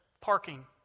parking